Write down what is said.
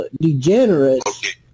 degenerates